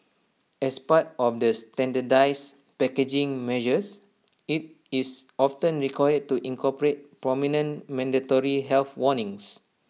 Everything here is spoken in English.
as part of the standardised packaging measures IT is often required to incorporate prominent mandatory health warnings